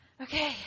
Okay